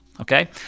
okay